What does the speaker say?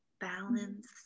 balance